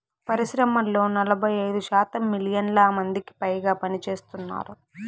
పరిశ్రమల్లో నలభై ఐదు శాతం మిలియన్ల మందికిపైగా పనిచేస్తున్నారు